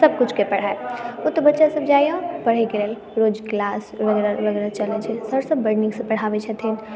सबकिछुके पढ़ाई ओतय बच्चासभ जाइया पढेक लेल रोज कॉलेज वगरैह वगरैह चले छै सर सभ बड नीकसँ पढ़ाबै छथिन